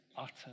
utter